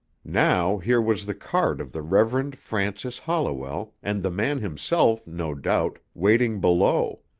now here was the card of the reverend francis holliwell and the man himself, no doubt, waiting below.